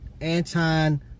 Anton